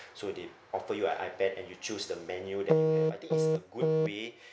so they offer you an I_pad and you choose the menu that they have I think it's a good way